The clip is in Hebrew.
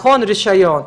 רישיון,